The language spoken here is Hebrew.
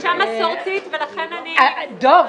דב,